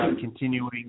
continuing